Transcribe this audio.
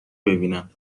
ببینم